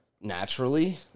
naturally